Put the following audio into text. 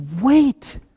wait